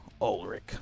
Ulrich